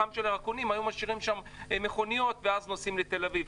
היו משאירים שם מכוניות ואז נוסעים לתל אביב,